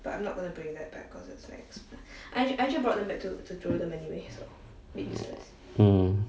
mm